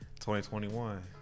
2021